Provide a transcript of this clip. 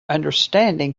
understanding